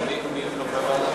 מי הם חברי הוועדה?